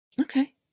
Okay